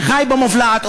שחי במובלעת,